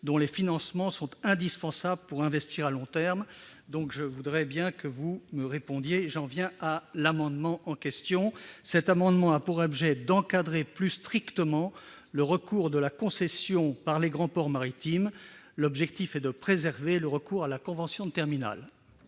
dont les financements sont indispensables pour investir à long terme. Sur ce sujet, j'attends une réponse de votre part. Quant au présent amendement, il a pour objet d'encadrer plus strictement le recours de la concession par les grands ports maritimes. L'objectif est de préserver le recours à la convention de terminal.